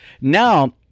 now